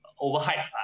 overhype